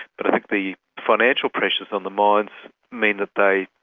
but i think the financial pressures on the mines mean that they,